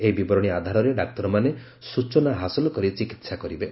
ଏହି ବିବରଣୀ ଆଧାରରେ ଡାକ୍ତରମାନେ ସ୍ରଚନା ହାସଲ କରି ଚିକିତ୍ସା କରିବେ